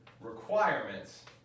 requirements